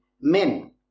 men